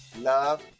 Love